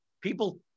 people